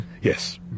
Yes